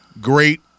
great